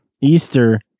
Easter